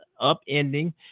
upending